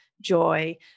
joy